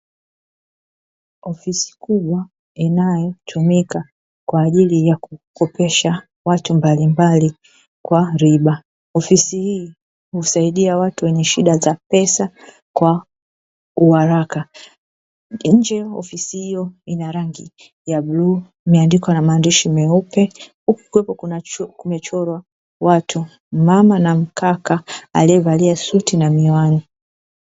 Ofisi kubwa inayotumika kwa ajili ya kukopesha watu mbalimbali kwa riba. Ofisi hii husaidia watu wenye shida za pesa kwa uharaka. Nje ya ofisi hiyo ina rangi ya bluu imeandikwa na maandishi meupe huku kumechorwa watu, mama na mkaka aliyevalia suti na miwani.